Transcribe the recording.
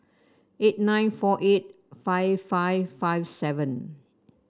eight nine four eight five five five seven